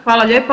Hvala lijepa.